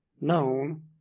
known